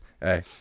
hey